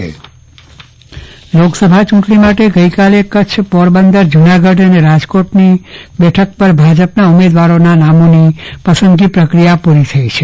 ચંદ્રવદન પટ્ટણી કચ્છ ઉમેદવાર પસંદગી લોકસભા ચૂંટણી માટે ગઈકાલે કચ્છ પોરબંદર જૂનાગઢ અને રાજકોટની બેઠક પર ભાજપના ઉમેદવારોની નામોની પસંદગી પ્રક્રિયા પૂરી થઈ છે